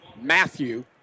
Matthew